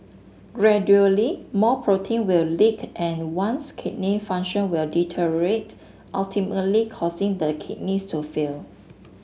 gradually more protein will leak and one's kidney function will deteriorate ultimately causing the kidneys to fail